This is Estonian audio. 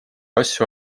asju